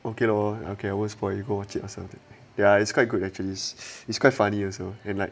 okay lor okay I won't spoiled it you got watch it or something ya it's quite good actually it's quite funny also in like